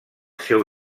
seu